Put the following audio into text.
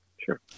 Sure